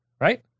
Right